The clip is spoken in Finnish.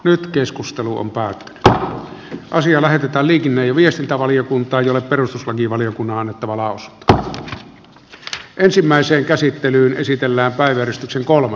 nyt keskustelu on pääät asia lähetetään liikenne ja viestintävaliokuntaan jolle perustuslakivaliokunnan että maalaus ja nyt ensimmäiseen käsittelyyn esitellä päivystyksen hintakehitystä